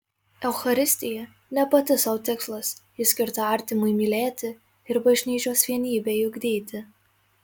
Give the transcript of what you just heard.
eucharistija ne pati sau tikslas ji skirta artimui mylėti ir bažnyčios vienybei ugdyti